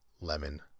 Lemon